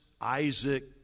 Isaac